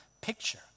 picture